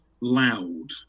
loud